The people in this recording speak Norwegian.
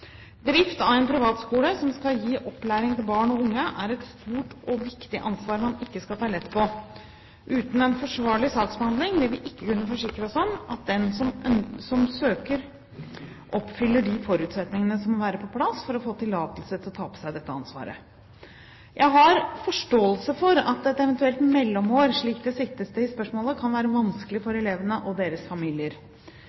Drift av en privatskole som skal gi opplæring til barn og unge, er et stort og viktig ansvar man ikke skal ta lett på. Uten en forsvarlig saksbehandling vil vi ikke kunne forsikre oss om at den som søker, oppfyller de forutsetningene som må være på plass for å få tillatelse til å ta på seg dette ansvaret. Jeg har forståelse for at et eventuelt mellomår, slik det siktes til i spørsmålet, kan være vanskelig for